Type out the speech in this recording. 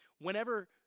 whenever